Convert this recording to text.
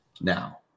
now